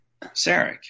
Sarek